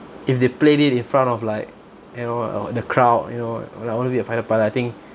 if they played it in front of like you know uh the crowd you know when I want to be a fighter pilot I think